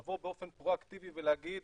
לבוא באופן פרואקטיבי ולהגיד